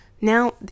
Now